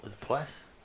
Twice